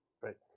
Right